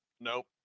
Nope